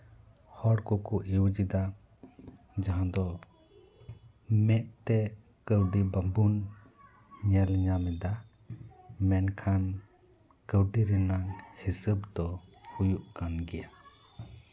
ᱦᱚᱲ ᱠᱚᱠᱚ ᱤᱭᱩᱡᱽ ᱮᱫᱟ ᱡᱟᱦᱟᱸ ᱫᱚ ᱢᱮᱫ ᱛᱮ ᱠᱟᱹᱣᱰᱤ ᱵᱟᱵᱚᱱ ᱧᱮᱞ ᱧᱟᱢ ᱮᱫᱟ ᱢᱮᱱᱠᱷᱟᱱ ᱠᱟᱹᱣᱰᱤ ᱨᱮᱱᱟᱜ ᱦᱤᱥᱟᱹᱵᱽ ᱫᱚ ᱦᱩᱭᱩᱜ ᱠᱟᱱ ᱜᱮᱭᱟ